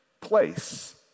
place